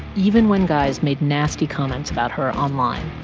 even when guys made nasty comments about her online